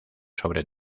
sobre